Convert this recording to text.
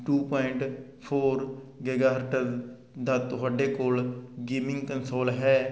to point four gigahertz ਦਾ ਤੁਹਾਡੇ ਕੋਲ ਗੇਮਿੰਗ ਕੰਸੋਲ ਹੈ